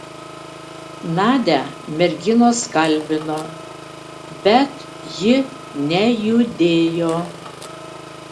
nadią merginos kalbino bet ji nejudėjo